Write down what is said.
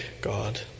God